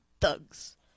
thugs